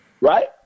right